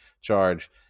charge